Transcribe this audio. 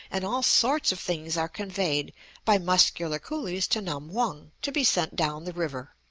and all sorts of things are conveyed by muscular coolies to nam-hung to be sent down the river.